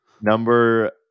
Number